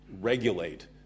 regulate